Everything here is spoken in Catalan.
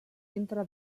entre